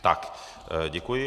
Tak děkuji.